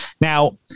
Now